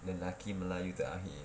lelaki melayu terakhir